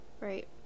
right